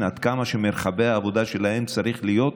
עד כמה מרחבי העבודה שלהם צריכים להיות